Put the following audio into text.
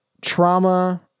trauma